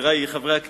חברי חברי הכנסת,